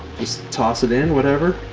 just toss it in, whatever.